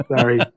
Sorry